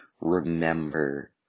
remember